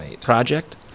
project